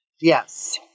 Yes